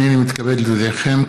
הינני מתכבד להודיעכם,